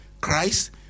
Christ